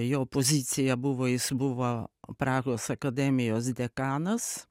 jo pozicija buvo jis buvo prahos akademijos dekanas